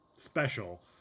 special